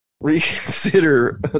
reconsider